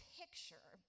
picture